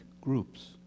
groups